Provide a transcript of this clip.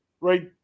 right